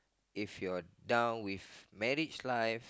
if you're down with marriage life